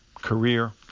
career